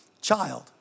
child